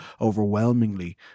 overwhelmingly